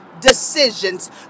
decisions